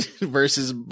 versus